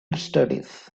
studies